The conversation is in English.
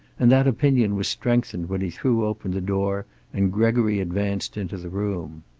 and that opinion was strengthened when he threw open the door and gregory advanced into the room.